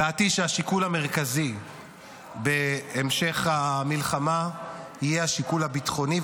דעתי היא שהשיקול המרכזי בהמשך המלחמה יהיה השיקול הביטחוני,